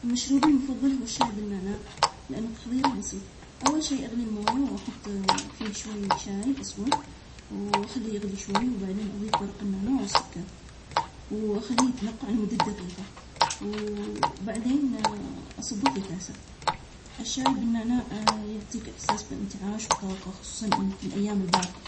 مشروبي المفضل هو الشاي العماني أعده بسلق الماء. واضفله الشاي الأسود, وبعدها أضفله الهيل والسكر حسب الرغبة, تنطيها نكهة جداً جميلة, أتركه يغلي شوي, وبعده أصبه في الفنجان, أحب أشربه مع التمر, لأنه يعطي طعم لذيذ, ويخلي الجلسة أحلى مع الأهل والأصدقاء.